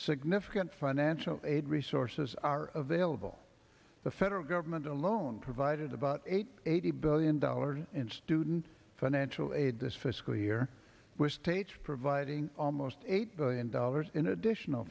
significant financial aid resources are available the federal government alone provided about eight eighty billion dollars in student financial aid this fiscal year which states providing almost eight billion dollars in additional